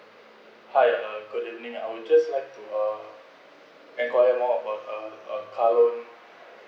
hi uh good evening I would just liked to uh enquire more about uh uh car loan